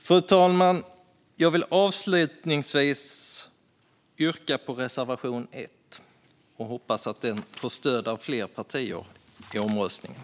Fru talman! Jag vill avslutningsvis yrka bifall till reservation 1 och hoppas att den får stöd av fler partier vid omröstningen.